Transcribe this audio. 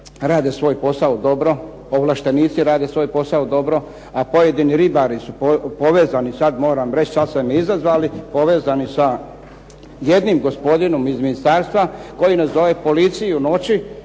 rade svoj posao dobro, ovlaštenici rade svoj posao dobro, a pojedini ribari su povezani, sad moram reći, sad ste me izazvali, povezani sa jednim gospodinom iz ministarstva koji nazove policiju noći